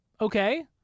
okay